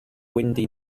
windy